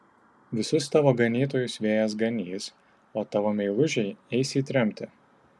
visus tavo ganytojus vėjas ganys o tavo meilužiai eis į tremtį